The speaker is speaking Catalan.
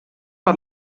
per